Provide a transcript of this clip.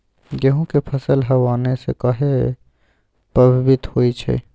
गेंहू के फसल हव आने से काहे पभवित होई छई?